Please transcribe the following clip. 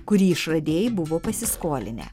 kurį išradėjai buvo pasiskolinę